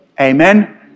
Amen